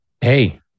hey